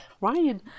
Ryan